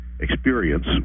experience